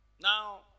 Now